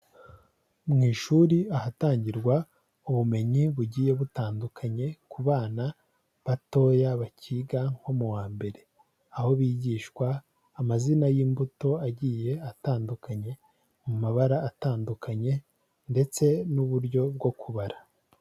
Mu ishuri ahatangirwa ubumenyi bugiye butandukanye ku bana batoya bakiga nko mu wa mbere, aho bigishwa amazina y'imbuto agiye atandukanye mu mabara atandukanye ndetse n'uburyo bwo kubara.